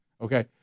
Okay